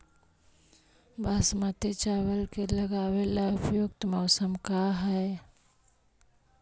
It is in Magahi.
बासमती चावल के लगावे ला उपयुक्त मौसम का है?